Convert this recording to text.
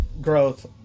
growth